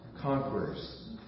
Conquerors